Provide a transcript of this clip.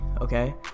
Okay